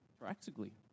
Practically